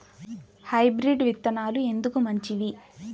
Hybrid విత్తనాలు ఎందుకు మంచివి?